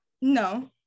No